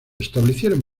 establecieron